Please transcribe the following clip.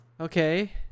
Okay